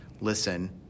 listen